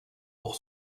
pour